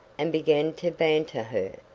and began to banter her.